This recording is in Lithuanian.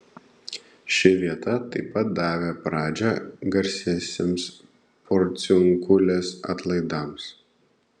ši vieta tai pat davė pradžią garsiesiems porciunkulės atlaidams